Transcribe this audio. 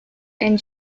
and